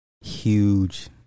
huge